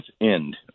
end